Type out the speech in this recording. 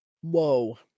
Whoa